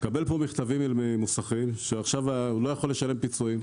מקבל מכתבים ממוסכים שלא יכול לשלם פיצויים.